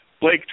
Blake